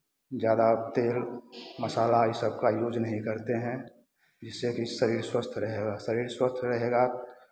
ज़्यादा तेल मसाला ये सब का यूज़ नहीं करते हैं जिससे कि शरीर स्वस्थ रहेगा शरीर स्वस्थ रहेगा